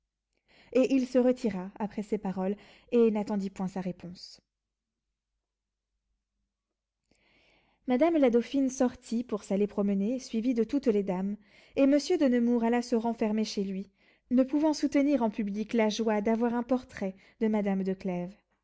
et il se retira après ces paroles et n'attendit point sa réponse madame la dauphine sortit pour s'aller promener suivie de toutes les dames et monsieur de nemours alla se renfermer chez lui ne pouvant soutenir en public la joie d'avoir un portrait de madame